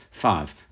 five